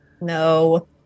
No